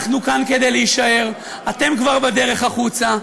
אנחנו כאן כדי להישאר, אתם כבר בדרך החוצה.